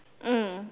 mm